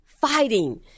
fighting